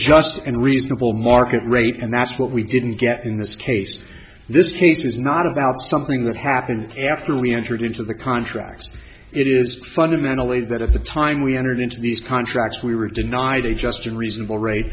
just and reasonable market rate and that's what we didn't get in this case this case is not about something that happened after we entered into the contract it is fundamentally that at the time we entered into these contracts we were denied a just and reasonable rate